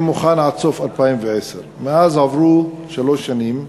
מוכן עד סוף 2010. מאז עברו שלוש שנים,